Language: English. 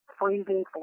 freezing